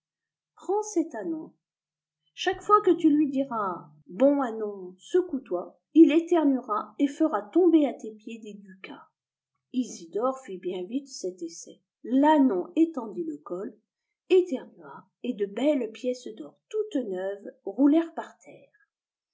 cet ânon chaque fois que tu lui diras ce bon ânon secoue toi il éternuera et fera tomber à tes pieds des ducats isidore lit bien vite cet essai l'ânoii étendit le col éternua et de l eilcs pièces d'or toutes neuves roulèrent par terre